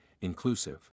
inclusive